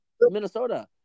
Minnesota